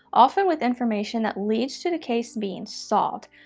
often with information that leads to the case being solved.